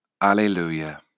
Alleluia